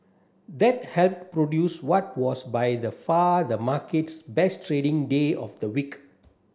that helped produce what was by the far the market's best trading day of the week